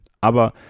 aber